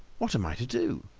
what am i to do?